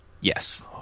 Yes